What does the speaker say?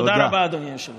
תודה רבה, אדוני היושב-ראש.